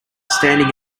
standing